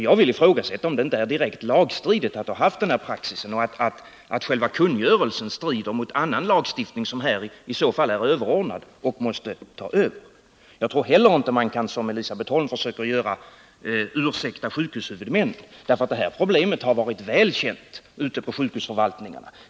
Jag vill ifrågasätta om det inte är direkt lagstridigt att ha haft denna praxis och om inte själva kungörelsen strider mot annan lagstiftning som i så fall här är överordnad och måste ta över. Jag tror inte heller att man, som Elisabet Holm försöker göra, kan ursäkta sjukhushuvudmännen. Detta problem har nämligen varit väl känt ute på sjukhusförvaltningarna.